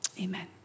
Amen